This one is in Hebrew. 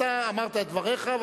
אתה אמרת את דבריך,